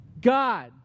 God